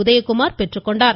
உதயகுமார் பெற்றுக்கொண்டார்